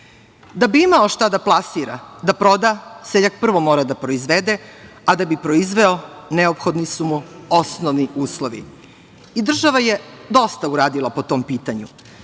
bi imao šta da plasira, da proda, seljak prvo mora da proizvede, a da bi proizveo neophodni su mu osnovni uslovi i država je dosta uradila po tom pitanju,